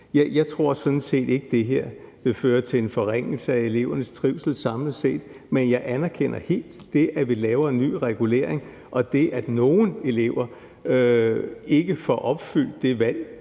Jeg tror sådan set ikke, det her vil føre til en forringelse af elevernes trivsel samlet set, men jeg anerkender helt det, at vi laver en ny regulering, og det, at nogle elever ikke vil få opfyldt det ønske,